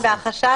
מאה אחוז.